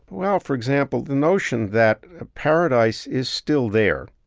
well, for example, the notion that ah paradise is still there.